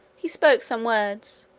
he spoke some words,